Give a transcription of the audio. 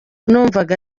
numvaga